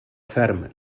ferm